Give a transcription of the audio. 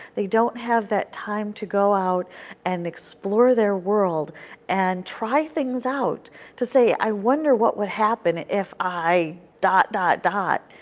they don't have that time to go out and explore their world and try things out to say i wonder what would happen if i dot, dot, dot,